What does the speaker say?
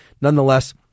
nonetheless